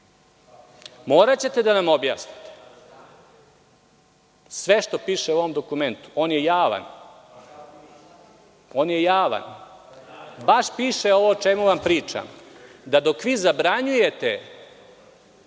Moraćete da nam objasnite sve što piše u ovom dokumentu. On je javan. Baš piše ovo o čemu vam pričam, da dok vi zabranjujete